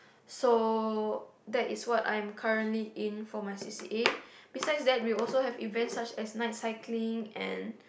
so that is what I am currently in for my c_c_a besides that we also have events such as night cycling and